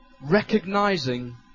Recognizing